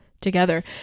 together